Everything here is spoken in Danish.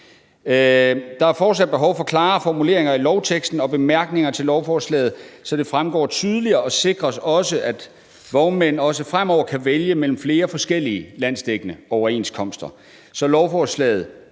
Der er fortsat behov for klarere formuleringer i lovteksten og bemærkningerne til lovforslaget, så det fremgår tydeligere og også sikres, at vognmænd også fremover kan vælge mellem flere forskellige landsdækkende overenskomster, så man med lovforslaget